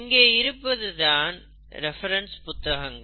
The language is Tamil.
இங்கே இருப்பது தான் ரெபெரென்ஸ் புத்தகங்கள்